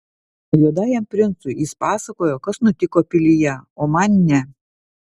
juodajam princui jis pasakojo kas nutiko pilyje o man ne